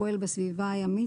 הפועל בסביבה הימית,